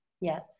Yes